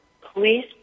please